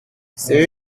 c’est